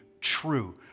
true